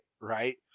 right